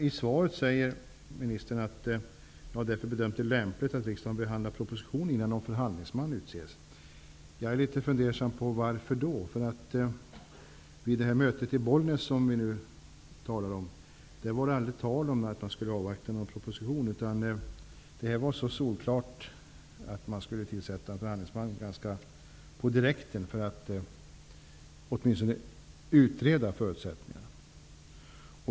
I svaret säger ministern: ''Jag har därför bedömt det lämpligt att riksdagen behandlar propositionen innan någon förhandlingsman utses.'' Jag funderar över anledningen till detta. Vid det möte i Bollnäs som vi nu talar om var det aldrig tal om att man skulle avvakta någon proposition, utan frågan var så solklar att en förhandlingsman skulle tillsättas ganska på direkten för att åtminstone utreda förutsättningarna.